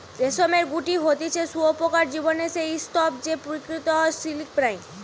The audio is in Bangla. রেশমের গুটি হতিছে শুঁয়োপোকার জীবনের সেই স্তুপ যে প্রকৃত সিল্ক বানায়